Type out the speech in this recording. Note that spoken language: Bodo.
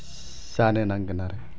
जानो नांगोन आरो